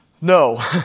No